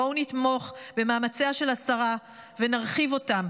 בואו נתמוך במאמציה של השרה ונרחיב אותם.